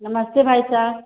नमस्ते भाई साहब